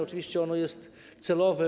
Oczywiście ono jest celowe.